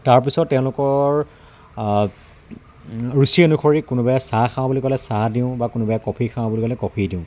তাৰপিছত তেওঁলোকৰ ৰুচি অনুসৰি কোনোবাই চাহ খাওঁ বুলি ক'লে চা দিওঁ বা কোনোবাই ক'ফি খাওঁ বুলি ক'লে ক'ফি দিওঁ